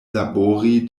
labori